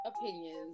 Opinions